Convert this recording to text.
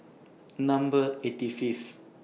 Number eighty Fifth